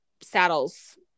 saddles